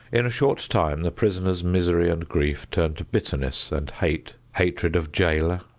in a short time the prisoner's misery and grief turn to bitterness and hate hatred of jailer,